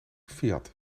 fiat